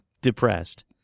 depressed